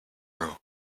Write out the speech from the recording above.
roll